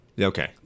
Okay